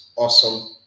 awesome